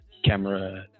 camera